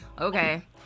Okay